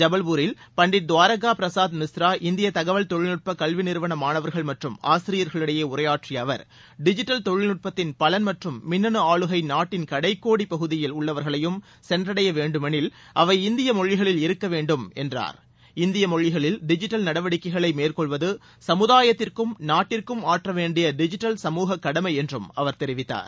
ஜபல்பூரில் பண்டிட் துவாரகா பிரசாத் மிஸ்ரா இந்திய தகவல் தொழில்நுட்ப கல்வி நிறுவன மாணவர்கள் மற்றும் ஆசிரியர்களிடையே உரையாற்றிய அவர் டிஜிட்டல் தொழில்நுட்பத்தின் பலன் மற்றும் மின்னு ஆளுகை நாட்டின் கடைக்கோடியில் பகுதியில் உள்ளவர்களையும் சென்றடைய வேண்டுமெனில் அவை இந்திய மொழிகளில் இருக்க வேண்டும் என்றார் இந்திய மொழிகளில் டிஜிட்டல் நடவடிக்கைகளை மேற்கொள்வது சுமுதாயத்திற்கும் நாட்டிற்கும் ஆற்ற வேண்டிய டிஜிட்டல் சமூகக் கடமை என்றும் அவர் தெரிவித்தார்